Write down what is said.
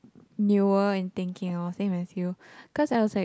newer in thinking lor same as you cause I was like